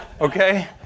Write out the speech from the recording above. okay